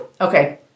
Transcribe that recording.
okay